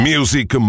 Music